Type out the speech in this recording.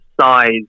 size